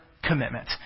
commitment